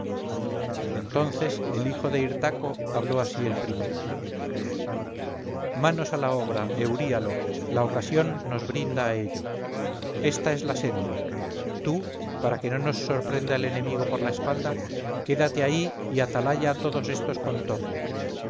entonces el hijo de hirtaco habló así el primero manos a la obra euríalo la ocasión nos brinda a ello esta es la senda tú para que no nos sorprenda el enemigo por la espalda quédate ahí y atalaya todo estos contornos